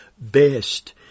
best